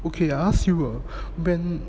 okay you ask you eh when